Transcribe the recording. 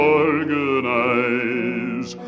organize